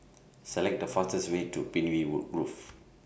Select The fastest Way to Pinewood Grove